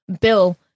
Bill